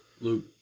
Luke